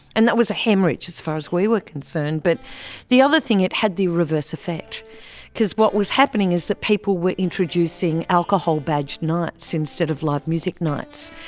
and that was a haemorrhage as far as we were concerned. but the other thing, it had the reverse effect because what was happening is that people were introducing alcohol badged nights instead of live music nights,